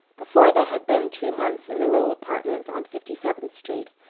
before they had been two months in the little apartment on fifty-seventh street,